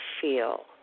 feel